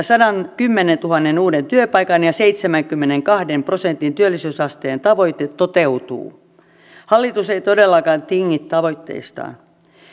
sadankymmenentuhannen uuden työpaikan ja seitsemänkymmenenkahden prosentin työllisyysasteen tavoite toteutuu hallitus ei todellakaan tingi tavoitteistaan